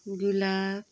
गुलाब